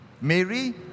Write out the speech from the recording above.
Mary